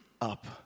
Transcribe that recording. up